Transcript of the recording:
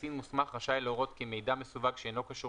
קצין מוסמך רשאי להורות כי מידע מסווג שאינו קשור